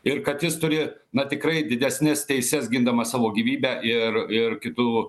ir kad jis turi na tikrai didesnes teises gindamas savo gyvybę ir ir kitų